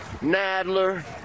Nadler